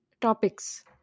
topics